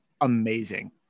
amazing